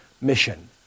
mission